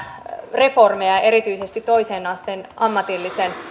reformeja erityisesti toisen asteen ammatillisen